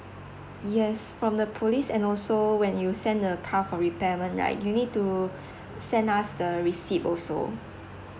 yes from the police and also when you send the car for repairment right you need to send us the receipt also